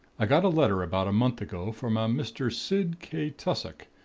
i got a letter about a month ago from a mr. sid k. tassoc,